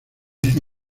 hice